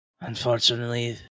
Unfortunately